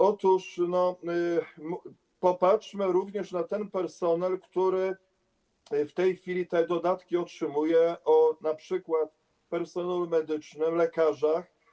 Otóż popatrzmy również na ten personel, który w tej chwili te dodatki otrzymuje, np. personel medyczny, lekarzy.